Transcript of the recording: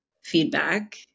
feedback